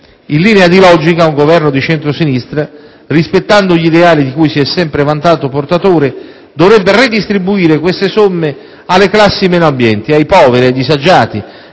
In linea di logica, un Governo di centro-sinistra, rispettando gli ideali di cui si è sempre vantato portatore, dovrebbe redistribuire queste somme alle classi meno abbienti, ai poveri, ai disagiati